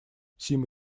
сима